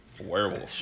Werewolf